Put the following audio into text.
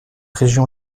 région